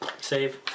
Save